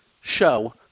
show